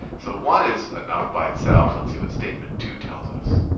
so one is enough by itself. let's see what statement two tells us.